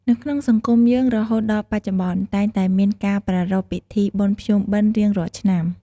នៅក្នុងសង្គមយើង រហូតដល់បច្ចុប្បន្ន តែងតែមានការប្រារព្ធពិធីបុណ្យភ្ជុំបិណ្យរៀងរាល់ឆ្នាំ។